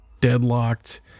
deadlocked